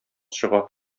чыга